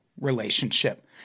relationship